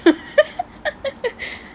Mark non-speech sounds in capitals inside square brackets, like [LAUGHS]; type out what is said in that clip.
[LAUGHS]